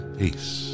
peace